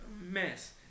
mess